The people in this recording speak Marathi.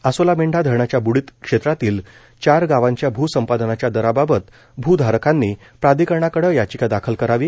आसोलामेंढा धरणाच्या ब्डित क्षेत्रातील चार गावांच्या भूसंपादनाच्या दराबाबत भूधारकांनी प्राधिकरणाकडे याचिका दाखल करावी